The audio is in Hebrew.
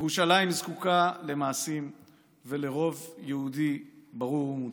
ירושלים זקוקה למעשים ולרוב יהודי ברור ומוצק.